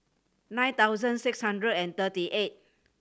nine thousand six hundred and thirty eight